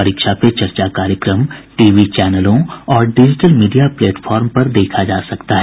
परीक्षा पे चर्चा कार्यक्रम टीवी चैनलों डिजिटल मीडिया प्लेटफार्मो पर देखा जा सकता है